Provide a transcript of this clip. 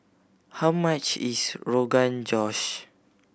how much is Rogan Josh